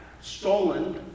stolen